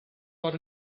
got